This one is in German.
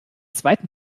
zweiten